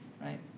right